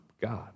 God